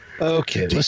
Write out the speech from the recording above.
Okay